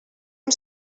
amb